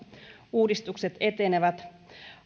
uudistukset etenevät